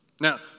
Now